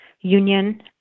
union